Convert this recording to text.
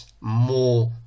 more